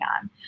on